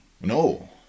No